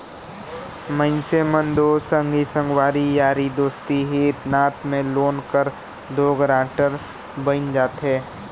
मइनसे मन दो संगी संगवारी यारी दोस्ती हित नात में लोन कर दो गारंटर बइन जाथे